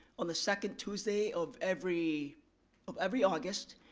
on the second tuesday of every of every august,